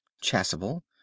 chasuble